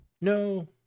No